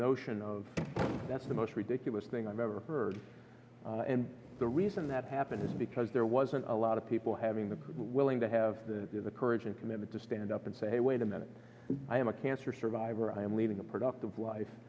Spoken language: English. notion of that's the most ridiculous thing i've ever heard and the reason that happened is because there wasn't a lot of people having the willing to have the courage and commitment to stand up and say wait a minute i am a cancer survivor i am leading a productive life